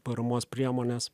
paramos priemonės